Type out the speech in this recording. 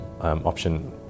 option